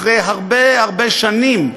אחרי הרבה הרבה שנים,